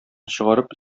чыгарып